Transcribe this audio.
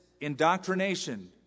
indoctrination